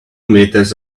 meters